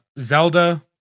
Zelda